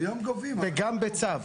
וגם בצו.